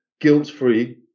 guilt-free